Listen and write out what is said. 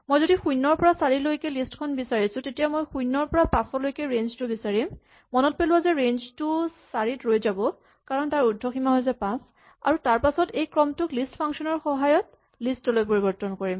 মই যদি শূণ্যৰ পৰা চাৰিলৈকে লিষ্ট খন বিচাৰিছো তেতিয়া মই শূণ্যৰ পৰা পাঁচলৈকে ৰেঞ্জ টো বিচাৰিম মনত পেলোৱা যে ৰেঞ্জ টো চাৰিত ৰৈ যাব কাৰণ তাৰ উৰ্দ্ধসীমা হৈছে পাঁচ আৰু তাৰপাছত এই ক্ৰমটোক লিষ্ট ফাংচন ৰ সহায়ত লিষ্ট লৈ পৰিবৰ্তন কৰিম